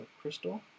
crystal